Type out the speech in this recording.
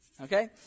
Okay